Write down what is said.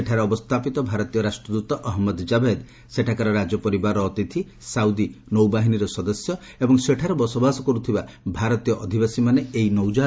ସେଠାରେ ଅବସ୍ଥାପିତ ଭାରତୀୟ ରାଷ୍ଟ୍ରଦ୍ଦ ଅହମ୍ମଦ ଜାଭେଦ୍ ସେଠାକାର ରାଜପରିବାରର ଅତିଥି ସାଉଦି ନୌବାହିନୀର ସଦସ୍ୟ ଏବଂ ସେଠାରେ ବସବାସ କରୁଥିବା ଭାରତୀୟ ଅଧିବାସୀମାନେ ଏହି ନୌକାହାକ୍ର ପରିଦର୍ଶନ କରିବେ